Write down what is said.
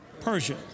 Persia